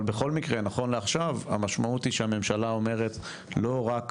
אבל בכל מקרה נכון לעכשיו המשמעות היא שהממשלה אומרת לא רק